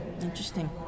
interesting